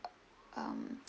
um